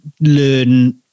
learn